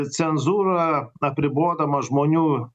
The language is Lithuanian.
cenzūra apribodama žmonių